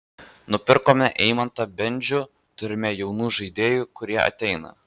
nupirkome eimantą bendžių turime jaunų žaidėjų kurie ateina